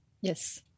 Yes